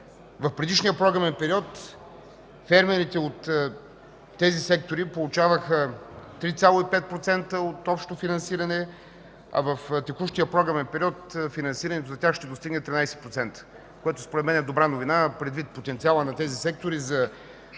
В предишния програмен период фермерите от тези сектори получаваха 3,5% от общото финансиране, а в текущия програмен период финансирането за тях ще достигне 13%, което според мен е добра новина, предвид потенциала на тези сектори за